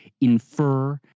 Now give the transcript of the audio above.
infer